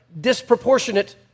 disproportionate